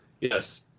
Yes